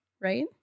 right